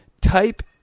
type